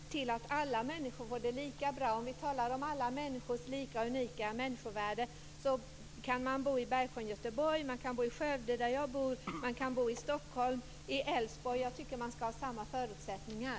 Herr talman! Men det måste väl ändå vara vårt politiska ansvar att se till att alla människor har det lika bra. Vi talar om alla människors lika och unika människovärde. Man kan bo i Bergsjön i Göteborg, i Skövde, där jag bor, i Stockholm eller i Älvsborg, och jag tycker att man skall ha samma förutsättningar.